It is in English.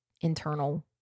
internal